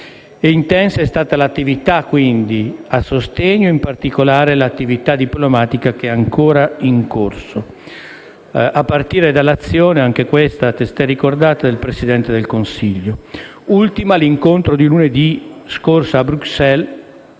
Intensa è stata quindi l'attività a sostegno e in particolare l'attività diplomatica che è ancora in corso, a partire dall'azione - anch'essa testé ricordata - del Presidente del Consiglio. Ultima iniziativa è l'incontro di lunedì scorso a Bruxelles